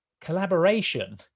Collaboration